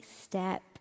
step